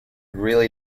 really